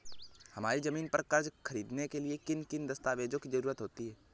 हमारी ज़मीन पर कर्ज ख़रीदने के लिए किन किन दस्तावेजों की जरूरत होती है?